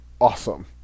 awesome